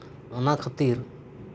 ᱚᱱᱟ ᱠᱷᱟᱛᱤᱨ